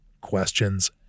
questions